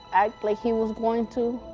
act like he was going to.